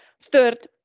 Third